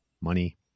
money